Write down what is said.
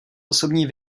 osobní